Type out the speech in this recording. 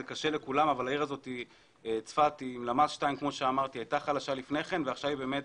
זה קשה לכולם אבל העיר צפת למ"ס 2 הייתה חלשה לפני כן ועכשיו היא על